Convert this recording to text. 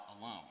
alone